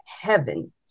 heaven